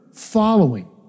following